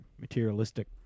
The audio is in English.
materialistic